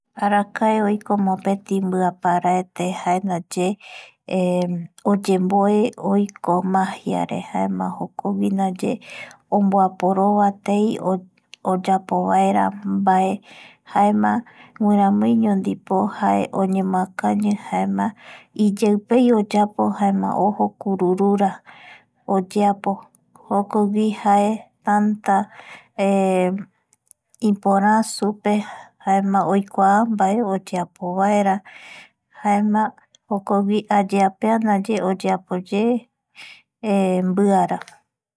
Arakae oiko mopeti mbiaparete jaendaye oyemboe oiko magiare jaema jokogui ndaye omboaporova tei oyapovaera mbae jaema guiarmiuño ndipo jae oñemoakañi jaema iyeipei oyapo jaema ojo kururura oyepo jokogui jae tata iporaa supe jaema oikuaa mbae oyeapovaera jaema jokogui ayepea ndaye oyeapoye mbiara